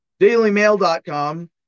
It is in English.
Dailymail.com